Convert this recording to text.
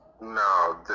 No